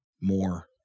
more